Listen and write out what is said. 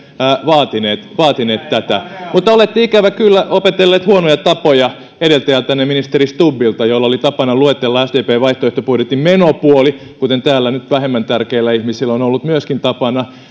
vaatineet vaatineet tätä mutta olette ikävä kyllä opetellut huonoja tapoja edeltäjältänne ministeri stubbilta jolla oli tapana luetella sdpn vaihtoehtobudjetin menopuoli kuten täällä nyt vähemmän tärkeillä ihmisillä on ollut myöskin tapana